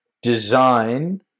design